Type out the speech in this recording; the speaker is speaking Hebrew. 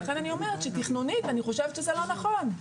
ולכן אני חושבת שתכנונית זה לא נכון.